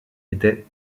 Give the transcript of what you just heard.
étaient